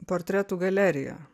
portretų galerija